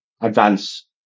advance